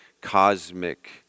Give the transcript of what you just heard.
cosmic